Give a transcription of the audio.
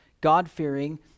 God-fearing